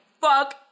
fuck